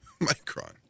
Micron